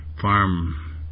farm